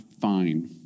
fine